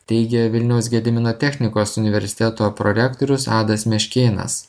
teigė vilniaus gedimino technikos universiteto prorektorius adas meškėnas